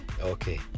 Okay